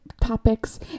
topics